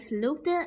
looked